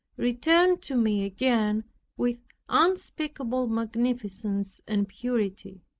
returned to me again with unspeakable magnificence and purity.